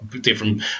different